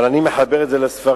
אבל אני מחבר את זה לספרים,